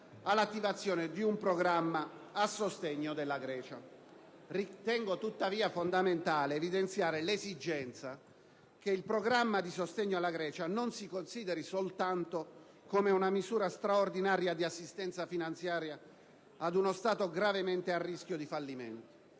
all'attivazione di un programma a sostegno della Grecia. Ritengo, tuttavia, fondamentale evidenziare l'esigenza che il programma di sostegno alla Grecia non si consideri soltanto come una misura straordinaria di assistenza finanziaria ad uno Stato gravemente a rischio di fallimento.